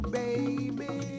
baby